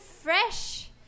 fresh